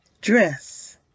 dress